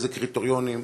איזה קריטריונים.